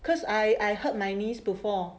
cause I I hurt my knees before